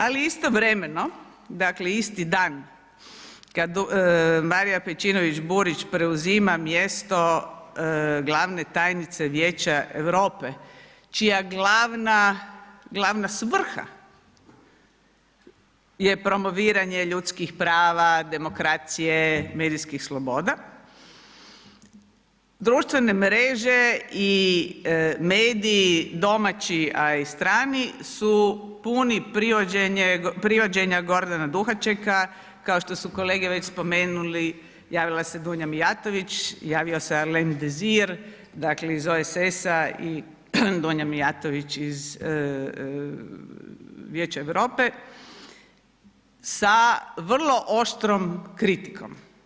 Ali istovremeno, dakle isti dan kada Marija Pejčinović Burić preuzima mjesto glavne tajnice Vijeća Europe čija glavna svrha je promoviranje ljudskih prava, demokracije, medijskih sloboda, društvene mreže i mediji domaći, a i strani su puni privođenja Gorana Duhačeka, kao što su kolege već spomenuli javila se Dunja Mijatović, javio se Alen … iz OSS-a i Dunja Mijatović iz Vijeća Europe sa vrlo oštrom kritikom.